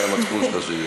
רק על המצפון שלך שיהיה.